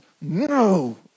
no